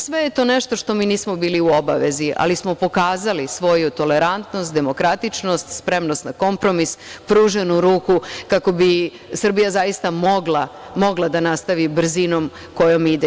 Sve je to nešto što mi nismo bili u obavezi, ali smo pokazali svoju tolerantnost, demokratičnost, spremnost na kompromis, pruženu ruku kako bi Srbija zaista mogla da nastavi brzinom kojom ide.